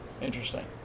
Interesting